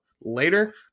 later